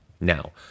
Now